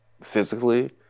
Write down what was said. physically